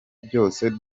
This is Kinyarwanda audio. byose